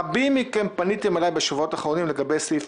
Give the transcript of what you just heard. רבים מכם פניתם אלי בשבועות האחרונים לגבי סעיף